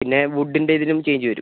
പിന്നെ വുഡിൻ്റെ ഇതിലും ചേഞ്ച് വരും